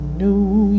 new